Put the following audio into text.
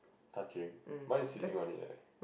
touching mine is sitting only eh